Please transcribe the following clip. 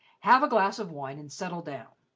have a glass of wine and settle down.